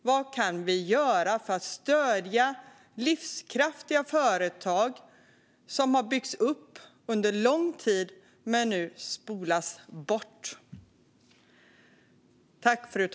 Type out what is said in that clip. Vad kan vi göra för att stödja livskraftiga företag som har byggts upp under lång tid men nu spolas bort?